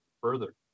further